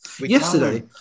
yesterday